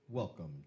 Welcome